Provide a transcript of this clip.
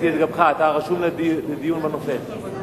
אתה רשום לדיון בנושא.